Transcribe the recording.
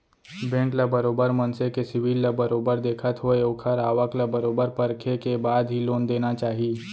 bank ल बरोबर मनसे के सिविल ल बरोबर देखत होय ओखर आवक ल बरोबर परखे के बाद ही लोन देना चाही